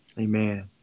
Amen